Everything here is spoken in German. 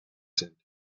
sind